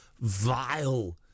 vile